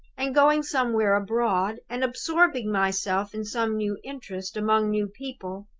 and going somewhere abroad, and absorbing myself in some new interest, among new people.